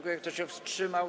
Kto się wstrzymał?